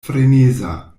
freneza